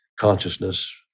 consciousness